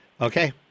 Okay